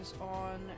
On